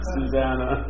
Susanna